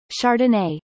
Chardonnay